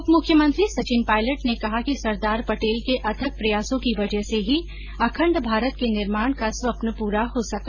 उप मुख्यमंत्री सचिन पायलट ने कहा कि सरदार पटेल के अथक प्रयासों की वजह से ही अखण्ड भारत के निर्माण का स्वप्न पूरा हो सका